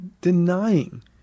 denying